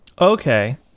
Okay